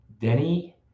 Denny